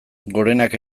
gorenak